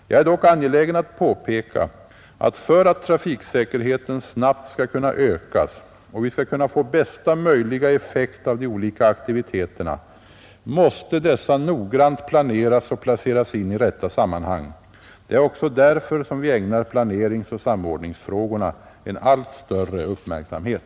Jag är dock angelägen att Tisdagen den påpeka att för att trafiksäkerheten snabbt skall kunna ökas och vi skall 27 april 1971 kunna få bästa möjliga effekt av de olika aktiviteterna måste dessa noggrant planeras och placeras in i rätta sammanhang. Det är också därför vi ägnar planeringsoch samordningsfrågorna en allt större uppmärksamhet.